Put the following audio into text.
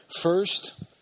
First